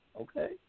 Okay